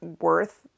worth